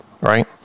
Right